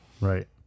Right